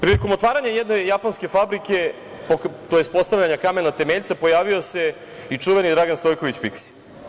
Prilikom otvaranje jedne japanske fabrike, tj. postavljanja kamena temeljca pojavio se i čuveni Dragan Stojković Piksi.